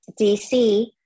dc